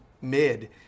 mid